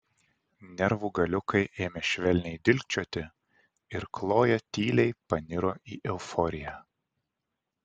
nervų galiukai ėmė švelniai dilgčioti ir kloja tyliai paniro į euforiją